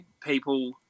people